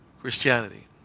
Christianity